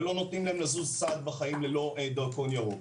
ולא נותנים להם לזוז צעד בחיים בלי דרכון ירוק.